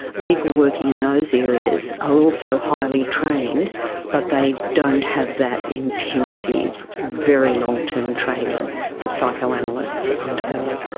people working in those areas are also highly trained but they don't have that intensive, very long-term training that psychoanalysts undergo.